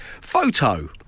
Photo